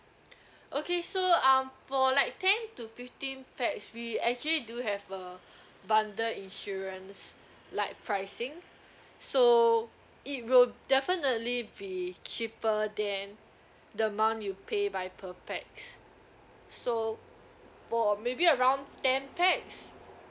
okay so um for like ten to fifteen pax we actually do have a bundle insurance like pricing so it will definitely be cheaper than the amount you pay by per pax so for maybe around ten pax